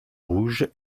rouges